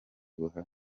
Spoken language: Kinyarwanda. buhari